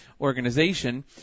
organization